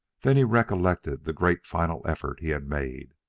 then he recollected the great final effort he had made.